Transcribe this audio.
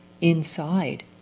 inside